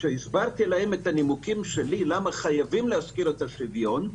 כשהסברתי להם את הנימוקים שלי למה חייבים להזכיר את השוויון,